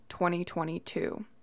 2022